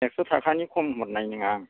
एकस' थाखानि खम हरनाय नङा आं